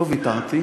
לא ויתרתי,